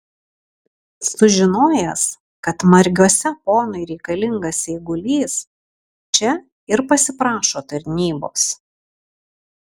sužinojęs kad margiuose ponui reikalingas eigulys čia ir pasiprašo tarnybos